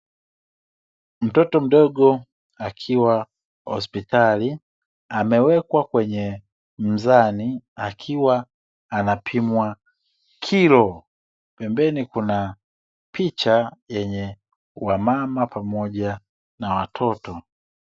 Mtoto mdogo akiwa hospitali amewekwa kwenye mzani akiwa anapimwa kilo. Pembeni kuna picha yenye wamama pamoja na watoto.